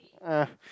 uh